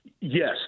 Yes